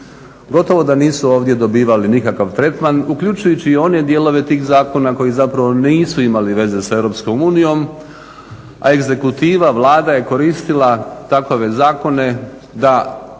gotovo da nisu ovdje dobivali nikakav tretman uključujući i one dijelove tih zakona koji zapravo nisu imali veze sa Europskom unijom, a egzekutiva, Vlada je koristila takove zakone da